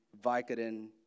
Vicodin